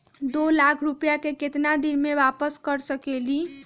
दो लाख रुपया के केतना दिन में वापस कर सकेली?